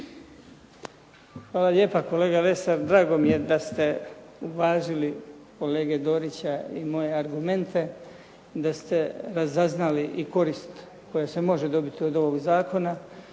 Hvala lijepa kolega Lesar, drago mi je da ste uvažili kolege Dorića i moje argumente, da ste razaznali i korist koja se može dobiti od ovog zakona.